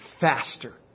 faster